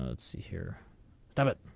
ah and see here but.